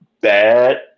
bad